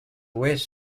west